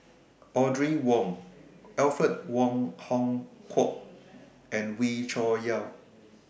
Audrey Wong Alfred Wong Hong Kwok and Wee Cho Yaw